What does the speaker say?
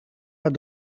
haar